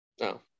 No